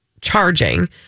charging